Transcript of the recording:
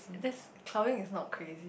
that's clubbing is not crazy